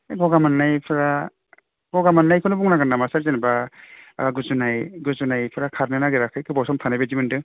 बे गगा मोन्नायफ्रा गगा मोन्नायखौनो बुंनांगोन नामा सार जेनेबा गुजुनाय गुजुनायफ्रा खारनो नागेराखै गोबाव सम थानाय बायदि मोनदों